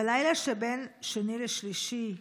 בלילה שבין שני לשלישי,